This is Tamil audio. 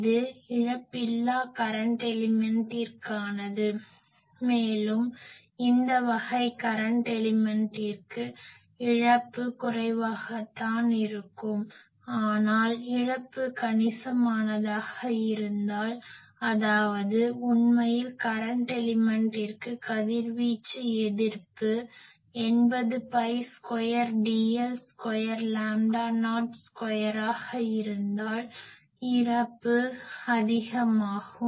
இது இழப்பில்லா கரன்ட் எலிமென்ட்டிற்கானது மேலும் இந்த வகை கரன்ட் எலிமென்ட்டிற்கு இழப்பு குறைவாகத்தான் இருக்கும் ஆனால் இழப்பு கணிசமானதாக இருந்தால் அதாவது உண்மையில் கரன்ட் எலிமென்ட்டிற்கு கதிர்வீச்சு எதிர்ப்பு 80 by square dl square lambda naught square ஆக இருந்தால் இழப்பு அதிகமாக இருக்கும்